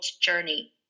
Journey